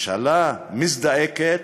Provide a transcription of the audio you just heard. הממשלה מזדעקת,